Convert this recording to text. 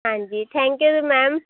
ਹਾਂਜੀ thank you ma'am